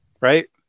right